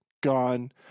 gone